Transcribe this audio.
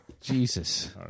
Jesus